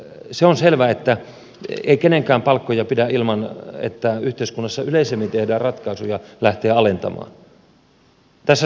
se on selvä että ei kenenkään palkkoja pidä ilman että yhteiskunnassa yleisemmin tehdään ratkaisuja lähteä alentamaan